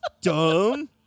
dumb